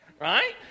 right